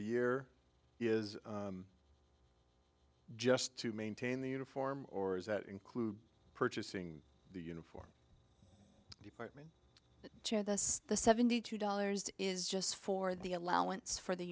a year is just to maintain the uniform or is that include purchasing the uniform department but this the seventy two dollars is just for the allowance for the